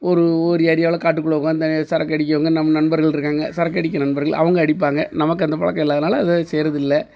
ஒரு ஒரு ஏரியாவில் காட்டுக்குள்ளே உட்காந்து தண்ணியடிக்க சரக்கு அடிக்கிறவங்க நம்ம நண்பர்கள் இருக்காங்க சரக்கடிக்கிற நண்பர்கள் அவங்க அடிப்பாங்க நமக்கு அந்த பழக்கம் இல்லை அதனால் அதை செய்யிறதில்லை